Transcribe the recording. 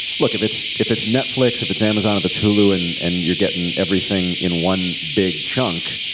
look, if it's if it's netflix, if it's amazon, if it's hulu, and and you're getting everything in one big chunk,